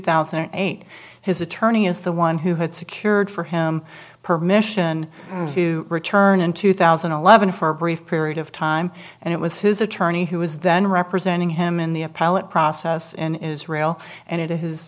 thousand and eight his attorney is the one who had secured for him permission to return in two thousand and eleven for a brief period of time and it was his attorney who was then representing him in the appellate process in israel and it is